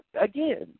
again